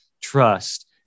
trust